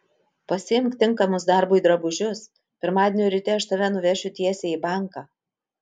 pasiimk tinkamus darbui drabužius pirmadienio ryte aš tave nuvešiu tiesiai į banką